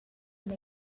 ina